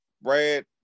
Brad –